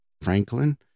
Franklin